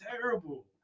terrible